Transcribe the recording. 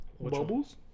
Bubbles